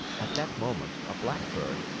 at that moment, a blackbird,